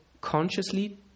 consciously